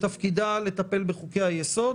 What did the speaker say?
שתפקידה לטפל בחוקי-היסוד,